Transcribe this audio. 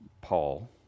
Paul